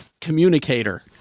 communicator